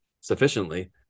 sufficiently